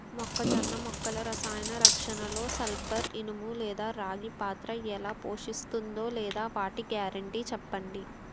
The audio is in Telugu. మొక్కజొన్న మొక్కల రసాయన రక్షణలో సల్పర్, ఇనుము లేదా రాగి పాత్ర ఎలా పోషిస్తుందో లేదా వాటి గ్యారంటీ చెప్పండి